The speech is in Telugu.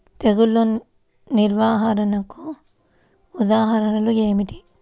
తెగులు నిర్వహణకు ఉదాహరణలు ఏమిటి?